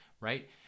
right